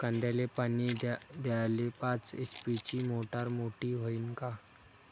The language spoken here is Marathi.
कांद्याले पानी द्याले पाच एच.पी ची मोटार मोटी व्हईन का?